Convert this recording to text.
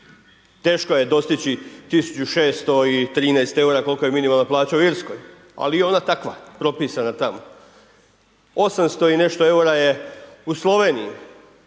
teško je dostići 1.613,00 EUR koliko je minimalna plaća u Irskoj, ali je ona takva, propisana tamo. 800 i nešto EUR-a je u Sloveniji.